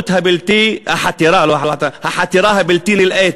החתירה הבלתי-נלאית